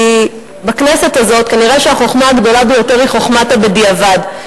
כי בכנסת הזאת נראה שהחוכמה הגדולה ביותר היא חוכמת ה"בדיעבד".